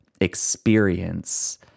experience